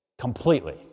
completely